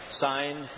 signed